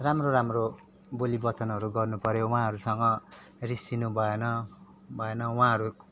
राम्रो राम्रो बोली वचनहरू गर्न पऱ्यो उहाँहरूसँग रिसाउनु भएन भएन उहाँहरू